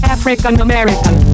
African-American